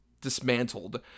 dismantled